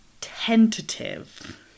tentative